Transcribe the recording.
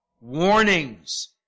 warnings